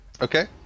Okay